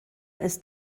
ist